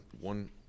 one